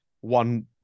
one